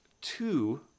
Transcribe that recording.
two